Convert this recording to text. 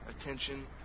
attention